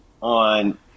on